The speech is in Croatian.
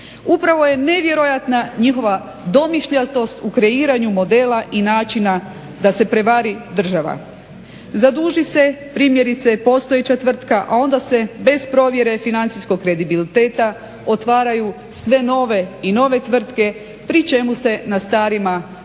Upravo je nevjerojatna njihova domišljatost u kreiranju modela i načina da se prevari država. Zaduži se primjerice postojeća tvrtka, a onda se bez provjere financijskog kredibiliteta otvaraju sve nove i nove tvrtke pri čemu se na starima kumuliraju